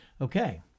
Okay